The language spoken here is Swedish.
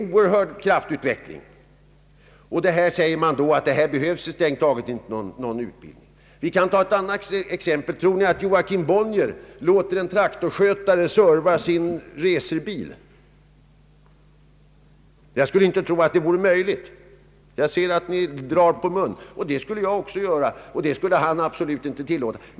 Och så säger man: Här behövs strängt taget inte någon utbildning! Ett annat exempel: Tror ni att Joakim Bonnier låter en traktorskötare »Serva» sin racerbii? Jag ser att ni drar på munnen — ja, jag skulle tro att han absolut inte tillåter något sådant.